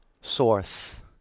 source